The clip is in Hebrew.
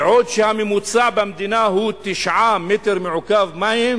בעוד הממוצע במדינה הוא 9 מטרים מעוקבים מים,